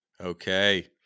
Okay